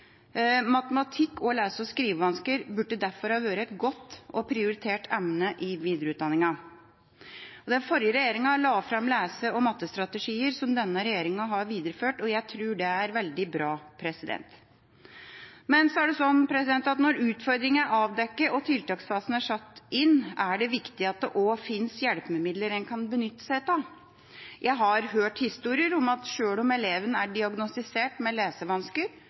og lese- og skrivevansker burde derfor ha vært et godt og prioritert emne i videreutdanninga. Den forrige regjeringa la fram lesestrategier og matematikkstrategier som denne regjeringa har videreført, og jeg tror det er veldig bra. Når utfordringene er avdekket og tiltaksfasen er satt i gang, er det viktig at det også finnes hjelpemidler en kan benytte seg av. Jeg har hørt historier om at sjøl om elevene er diagnostisert med lesevansker,